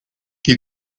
you